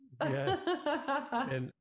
yes